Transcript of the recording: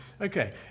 Okay